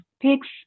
pigs